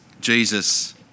Jesus